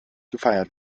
gefeiert